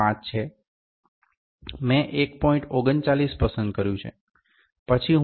39 પસંદ કર્યું છે પછી હું 1